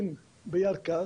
בנימוקי הוועדה להארכת תוקף,